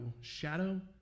shadow